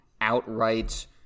outright